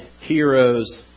heroes